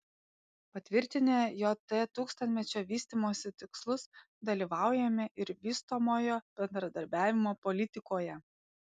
patvirtinę jt tūkstantmečio vystymosi tikslus dalyvaujame ir vystomojo bendradarbiavimo politikoje